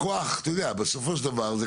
בסופו של דבר,